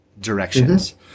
directions